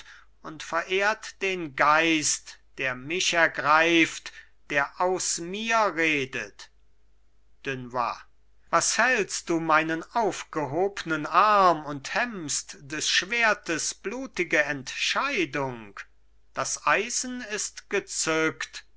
und verehrt den geist der mich ergreift der aus mir redet dunois was hältst du meinen aufgehobnen arm und hemmst des schwertes blutige entscheidung das eisen ist gezückt